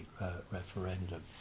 referendum